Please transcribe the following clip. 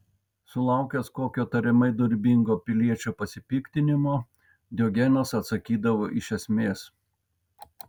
sulaukęs kokio tariamai dorybingo piliečio pasipiktinimo diogenas atsakydavo iš esmės